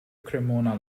cremona